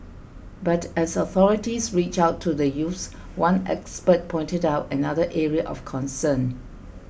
but as authorities reach out to the youths one expert pointed out another area of concern